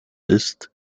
ist